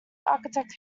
architect